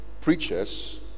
preachers